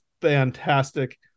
fantastic